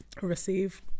receive